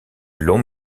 long